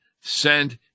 sent